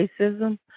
racism